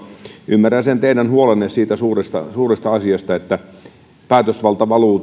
ymmärrän sen teidän huolenne siitä suuresta suuresta asiasta että päätösvalta valuu